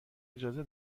اجازه